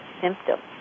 symptoms